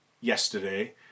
yesterday